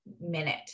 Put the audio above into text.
minute